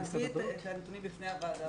נביא את הנתונים לוועדה.